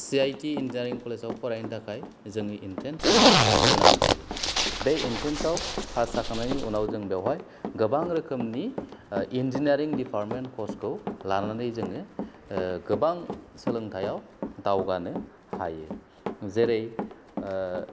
CIT engineering college आव फरायनो थाखाय जोङो एन्ट्रेन्स होनो गोनां जायो बै एन्ट्रेन्स आव पास जाखांनायनि उनाव जों बेवहाय गोबां रोखोमनि इन्जिनियारिं दिपार्तमेन कर्स खौ लानानै जोङो गोबां सोलोंथायाव दावगानो हायो जेरै